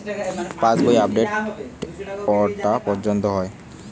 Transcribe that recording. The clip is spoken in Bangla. পাশ বই আপডেট কটা পর্যন্ত হয়?